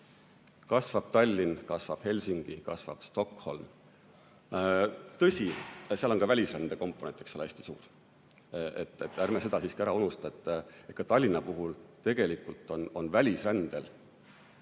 Kasvab Tallinn, kasvab Helsingi ja kasvab Stockholm. Tõsi, seal on ka välisrändekomponent hästi suur. Ärme seda siiski ära unusta, et ka Tallinna puhul tegelikult on välisrändel